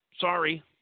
Sorry